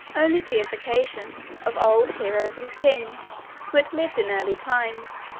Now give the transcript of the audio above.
only deifications of old heroes and kings who had lived in early times,